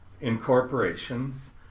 incorporations